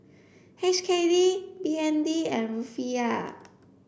H K D B N D and Rufiyaa